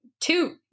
two